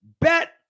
Bet